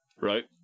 right